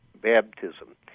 baptism